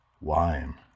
Wine